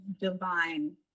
divine